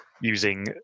using